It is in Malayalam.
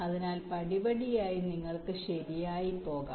അതിനാൽ പടിപടിയായി നിങ്ങൾക്ക് ശരിയായി പോകാം